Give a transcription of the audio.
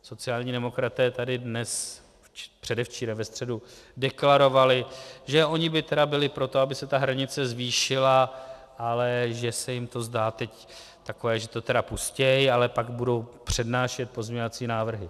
Sociální demokraté tady dnes, předevčírem, ve středu deklarovali, že oni by tedy byli pro to, aby se ta hranice zvýšila, ale že se jim to zdá teď takové, že to tedy pustí, ale pak budou přednášet pozměňovací návrhy.